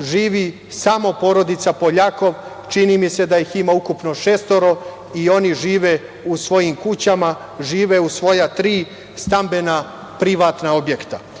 živi samo porodica Poljakov. Čini mi se da ih ima ukupno šestoro i oni žive u svojim kućama, žive u svoja tri stambena privatna objekta. Kao